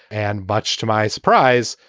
and much to my surprise,